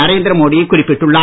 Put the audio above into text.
நரேந்திர மோடி குறிப்பிட்டுள்ளார்